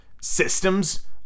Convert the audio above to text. systems